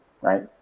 right